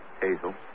Hazel